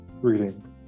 Reading